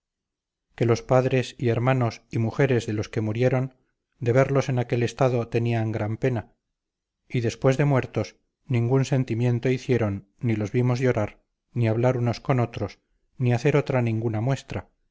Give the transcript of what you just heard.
que los padres y hermanos y mujeres de los que murieron de verlos en aquel estado tenían gran pena y después de muertos ningún sentimiento hicieron ni los vimos llorar ni hablar unos con otros ni hacer otra ninguna muestra